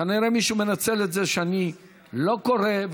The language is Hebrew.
כנראה מישהו מנצל את זה שאני לא קורא,